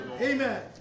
Amen